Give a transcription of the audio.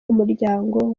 umuryango